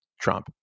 Trump